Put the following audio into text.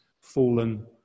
fallen